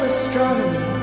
Astronomy